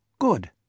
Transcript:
good